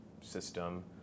system